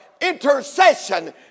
intercession